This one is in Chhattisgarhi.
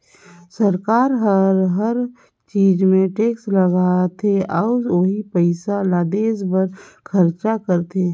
सरकार हर हर चीच मे टेक्स लगाथे अउ ओही पइसा ल देस बर खरचा करथे